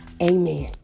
Amen